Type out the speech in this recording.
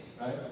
right